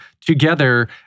together